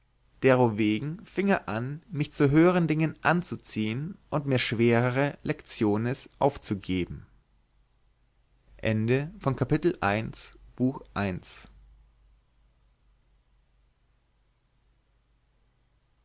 derowegen fieng er an mich zu höhern dingen anzuziehen und mir schwerere lectiones aufzugeben